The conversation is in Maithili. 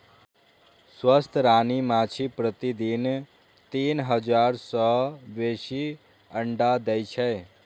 स्वस्थ रानी माछी प्रतिदिन तीन हजार सं बेसी अंडा दै छै